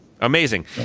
Amazing